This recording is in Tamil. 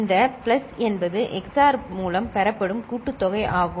இந்த பிளஸ் என்பது XOR மூலம் பெறப்படும் கூட்டுத்தொகை ஆகும்